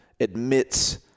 Admits